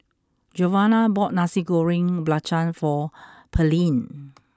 Giovanna bought Nasi Goreng Belacan for Pearlene